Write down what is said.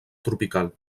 tropical